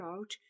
out